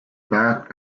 back